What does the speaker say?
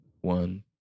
one